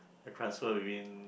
I transfer within